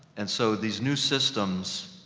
and so, these new systems,